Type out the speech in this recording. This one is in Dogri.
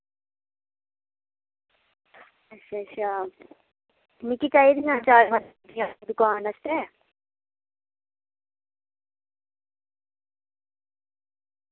अच्छा अच्छा मिगी चाहिदियां चार पंज अपनी दकान आस्तै